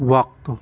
وقت